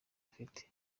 afite